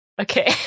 Okay